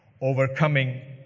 Overcoming